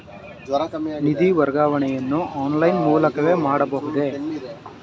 ನಿಧಿ ವರ್ಗಾವಣೆಯನ್ನು ಆನ್ಲೈನ್ ಮೂಲಕವೇ ಮಾಡಬಹುದೇ?